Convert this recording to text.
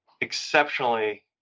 exceptionally